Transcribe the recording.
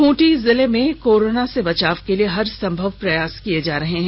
खूंटी जिले में कोरोना के बचाव के लिए हरसंभव प्रयास किये जा रहे हैं